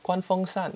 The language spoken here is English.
关风扇